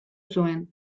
zuen